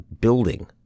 building